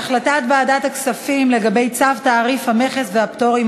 החלטת ועדת הכספים בדבר צו תעריף המכס והפטורים